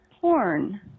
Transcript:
porn